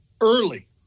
Early